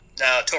No